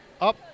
up